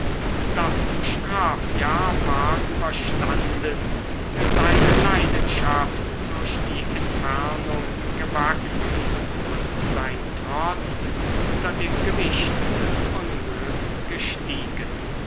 das strafjahr war überstanden seine leidenschaft durch die entfernung gewachsen und sein trotz unter dem gewicht des unglücks gestiegen